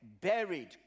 buried